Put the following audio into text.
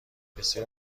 بسیار